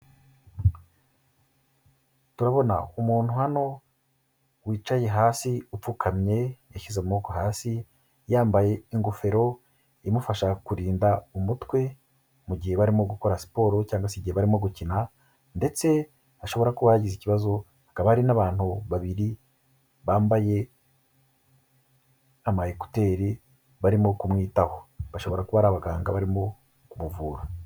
Turabona umuntu hano wicaye hasi upfukamye yashyize amaboko hasi yambaye ingofero imufasha kurinda umutwe mu gihe barimo gukora siporo, cyangwa se igihe barimo gukina. Ndetse ashobora kuba yagize ikibazo. Hakaba hari n'abantu babiri bambaye amakuteri barimo kumwitaho bashobora kuba ari abaganga barimo kumuvura.